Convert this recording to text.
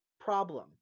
problem